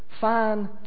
fine